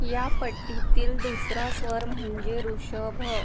या पट्टीतील दुसरा स्वर म्हणजे ऋषभ